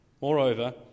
Moreover